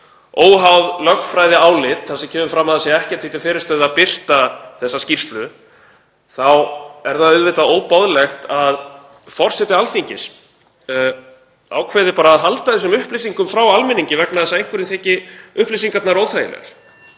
óháð lögfræðiálit þar sem kemur fram að ekkert sé því til fyrirstöðu að birta þessa skýrslu þá er auðvitað óboðlegt að forseti Alþingis ákveði að halda þessum upplýsingum frá almenningi vegna þess að einhverjum þyki upplýsingarnar óþægilegar.